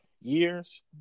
years